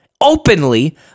openly